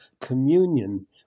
communion